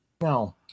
No